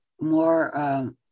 more